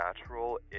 natural